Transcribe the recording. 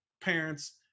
parents